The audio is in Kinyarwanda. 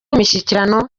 imishyikirano